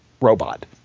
robot